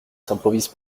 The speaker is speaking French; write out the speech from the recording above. s’improvise